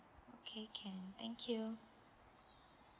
okay can thank you